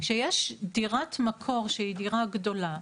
כשיש דירת מקור שהיא דירה גדולה,